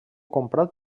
comprat